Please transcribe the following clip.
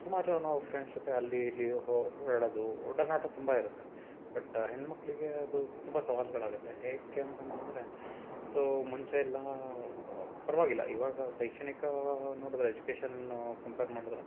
ಸುಮಾರು ನಾವು ಫ್ರೆಂಡ್ಸ್ ಜೊತೆ ಅಲ್ಲಿ ಇಲ್ಲಿ ಓಡಾಡೋದು ಒಡನಾಟ ತುಂಬ ಇರುತ್ತೆ ಬಟ್ ಹೆಣ್ಣು ಮಕ್ಕಳಿಗೆ ಅದು ತುಂಬ ಸವಾಲುಗಳಾಗತ್ತೆ ಹೇಗೆ ಅಂತ ಅಂತಂದರೆ ಸೊ ಮುಂಚೆ ಎಲ್ಲ ಪರವಾಗಿಲ್ಲ ಇವಾಗ ಶೈಕ್ಷಣಿಕ ನೋಡಿದ್ರೆ ಎಜುಕೇಶನ್ನು ಕಂಪೇರ್ ಮಾಡಿದ್ರೆ